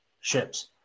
ships